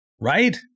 right